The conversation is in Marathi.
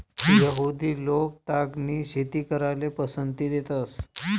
यहुदि लोक तागनी शेती कराले पसंती देतंस